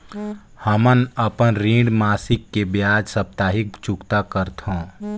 हमन अपन ऋण मासिक के बजाय साप्ताहिक चुकता करथों